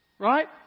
Right